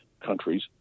countries